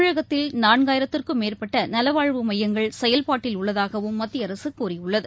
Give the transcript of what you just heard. தமிழகத்தில் நான்காயிரத்திற்கும் மேற்பட்ட நலவாழ்வு மையங்கள் செயல்பாட்டில் உள்ளதாகவும் மத்திய அரசு கூறியுள்ளது